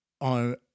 on